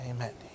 Amen